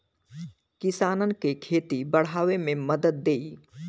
किसानन के खेती बड़ावे मे मदद देई